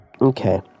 Okay